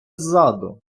ззаду